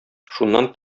шуннан